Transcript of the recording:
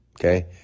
Okay